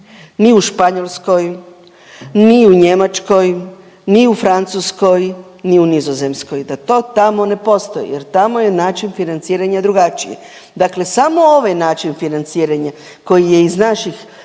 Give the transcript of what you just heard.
ni u Španjolskoj ni u Njemačkoj ni u Francuskoj ni u Nizozemskoj, da to tamo ne postoji jer tamo je način financiranja drugačiji, dakle samo ovaj način financiranja koji je iz naših